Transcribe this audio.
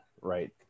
right